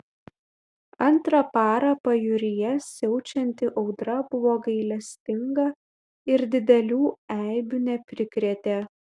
antrą parą pajūryje siaučianti audra buvo gailestinga ir didelių eibių neprikrėtė